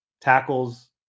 Tackles